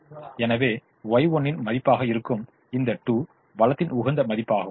எனவே Y1 இன் மதிப்பாக இருக்கும் இந்த 2 வளத்தின் உகந்த மதிப்பாகும்